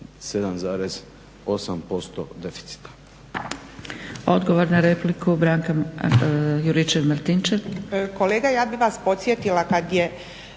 7,8% deficita.